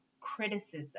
criticism